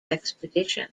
expedition